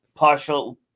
partial